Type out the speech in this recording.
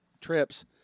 trips